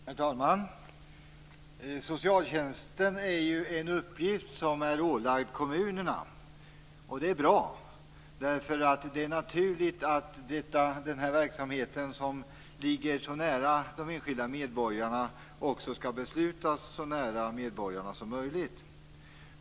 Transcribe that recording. Herr talman! Socialtjänsten är en uppgift som är ålagd kommunerna. Det är bra, eftersom det är naturligt att en verksamhet som ligger så nära de enskilda medborgarna också skall beslutas så nära medborgarna som möjligt.